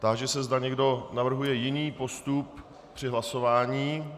Táži se, zda někdo navrhuje jiný postup při hlasování.